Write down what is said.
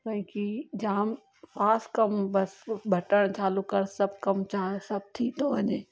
भई की जाम फास्ट कम बसि बटणु चालू कर सभु कमु सां सभु थी थो वञे